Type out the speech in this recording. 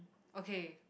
okay